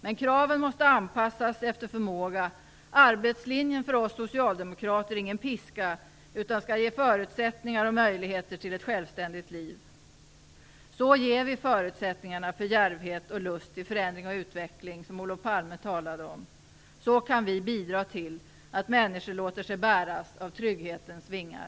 Men kraven måste anpassas efter förmåga. Arbetslinjen för oss socialdemokrater är inte någon piska, utan skall ge förutsättningar och möjligheter till ett självständigt liv. Så ger vi förutsättningarna för djärvhet och lust till förändring och utveckling, som Olof Palme talade om. Så kan vi bidra till att människor låter sig bäras av trygghetens vingar.